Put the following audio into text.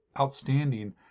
outstanding